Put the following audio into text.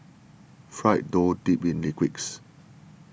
fried dough dipped in liquids